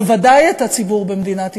בוודאי את הציבור במדינת ישראל,